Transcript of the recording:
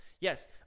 Yes